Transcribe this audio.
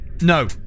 No